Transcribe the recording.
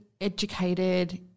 educated